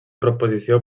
proposició